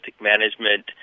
management